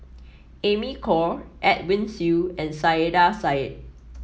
Amy Khor Edwin Siew and Saiedah Said